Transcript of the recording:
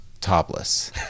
topless